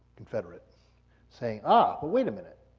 confederate saying, ah, but wait a minute.